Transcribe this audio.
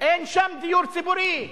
אין שם דיור ציבורי,